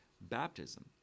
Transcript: baptism